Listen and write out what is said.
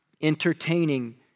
entertaining